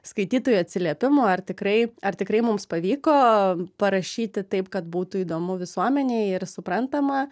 skaitytojų atsiliepimų ar tikrai ar tikrai mums pavyko parašyti taip kad būtų įdomu visuomenei ir suprantama